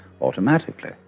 automatically